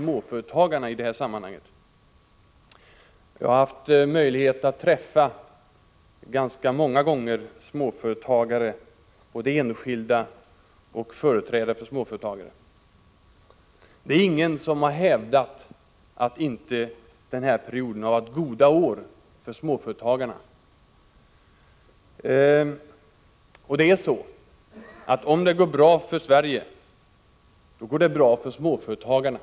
Jag har många gånger haft möjlighet att träffa både enskilda småföretagare och företrädare för dem. Det är ingen som har hävdat att den här perioden inte har inneburit goda år för småföretagarna. Om det går bra för Sverige, då går det bra för småföretagarna.